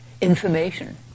Information